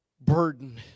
burden